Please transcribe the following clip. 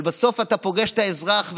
אבל בסוף אתה פוגש את האזרח,